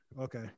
Okay